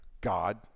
God